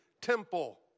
temple